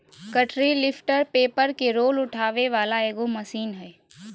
गठरी lifter paper के roll उठावे वाला एगो मशीन हइ